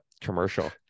commercial